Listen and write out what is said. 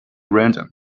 random